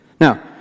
Now